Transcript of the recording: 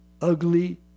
ugly